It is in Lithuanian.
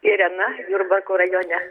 irena jurbarko rajone